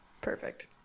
Perfect